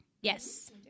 Yes